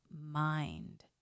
mind